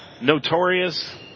notorious